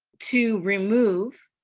to remove